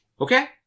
Okay